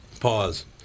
Pause